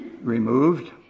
removed